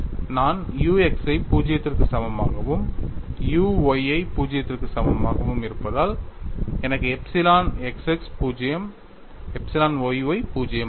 நான் u x ஐ 0 க்கு சமமாகவும் u y 0 க்கு சமமாகவும் இருப்பதால் எனக்கு epsilon x x 0 epsilon y y 0 ஆகும்